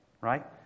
Right